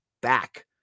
back